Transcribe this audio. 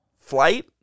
Flight